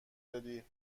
دادی